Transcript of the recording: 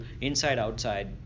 inside-outside